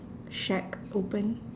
shack open